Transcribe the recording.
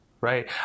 right